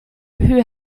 who